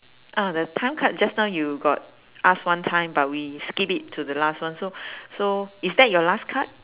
ah the time card just now you got ask one time but we skip it to the last one so so is that your last card